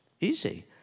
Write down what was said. Easy